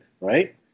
Right